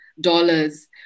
dollars